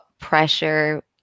pressure